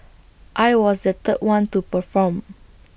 I was the third one to perform